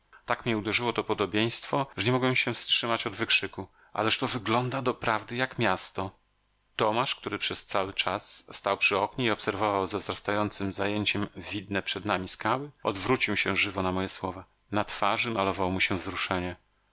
tak mnie uderzyło to podobieństwo że nie mogłem się wstrzymać od wykrzyku ależ to wygląda doprawdy jak miasto tomasz który przez cały czas stał przy oknie i obserwował ze wzrastającem zajęciem widne przed nami skały odwrócił się żywo na moje słowa na twarzy malowało mu się wzruszenie